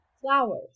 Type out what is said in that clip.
flowers